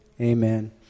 Amen